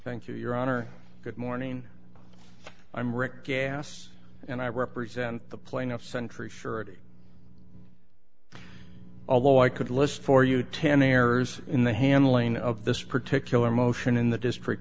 thank you your honor good morning i'm rick gas and i represent the plaintiff sentry surety although i could list for you ten errors in the handling of this particular motion in the district